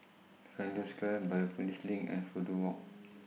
Flanders Square Biopolis LINK and Fudu Walk